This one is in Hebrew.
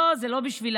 לא, זה לא בשבילם.